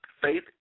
Faith